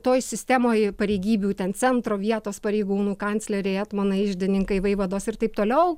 toj sistemoj pareigybių ten centro vietos pareigūnų kancleriai etmonai iždininkai vaivados ir taip toliau